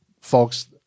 folks